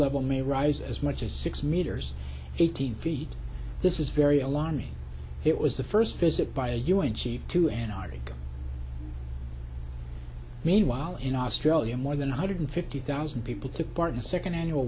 level may rise as much as six meters eighteen feet this is very alarming it was the first visit by a u n chief to antarctica meanwhile in australia more than one hundred fifty thousand people took part in the second annual